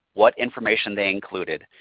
what information they included.